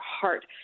heart